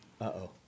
Uh-oh